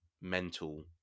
mental